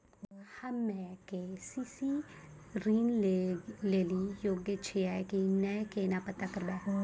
हम्मे के.सी.सी ऋण लेली योग्य छियै की नैय केना पता करबै?